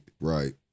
Right